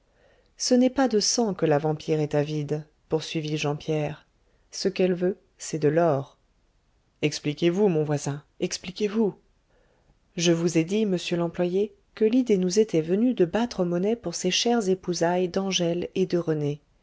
ce n'est pas de sang que la vampire est avide poursuivit jean pierre ce qu'elle veut c'est de l'or expliquez-vous mon voisin expliquez-vous je vous ai dit monsieur l'employé que l'idée nous était venue de battre monnaie pour ces chères épousailles d'angèle et de rené